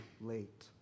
late